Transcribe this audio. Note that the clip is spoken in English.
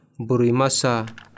burimasa